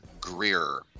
Greer